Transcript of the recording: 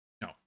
no